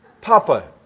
Papa